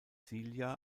silja